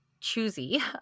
choosy